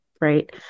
Right